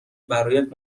برایت